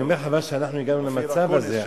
אני אומר: חבל שהגענו למצב הזה.